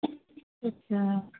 ਅੱਛਾ